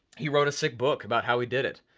he wrote a sick book about how he did it.